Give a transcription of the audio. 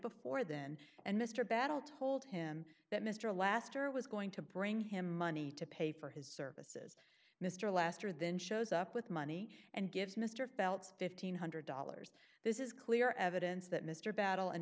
before then and mr battle told him that mr laster was going to bring him money to pay for his services mr laster then shows up with money and gives mr felt's one thousand five hundred dollars this is clear evidence that mr battle and